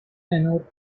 manor